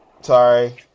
Sorry